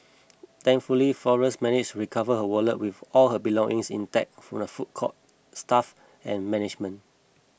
thankfully Flores managed recover her wallet with all her belongings intact from the food court staff and management